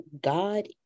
God